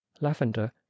lavender